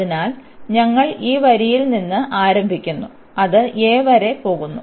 അതിനാൽ ഞങ്ങൾ ഈ വരിയിൽ നിന്ന് ആരംഭിക്കുന്നു അത് a വരെ പോകുന്നു